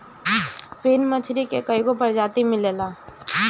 फिन मछरी के कईगो प्रजाति मिलेला